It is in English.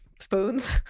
Spoons